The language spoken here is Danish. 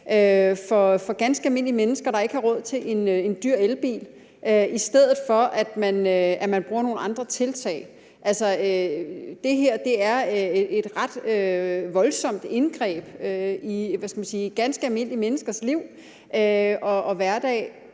for ganske almindelige mennesker, der ikke har råd til en dyr elbil, i stedet for at bruge nogle andre tiltag. Altså, det her er et ret voldsomt indgreb i, hvad skal man sige, ganske almindelige menneskers liv og hverdag,